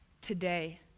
today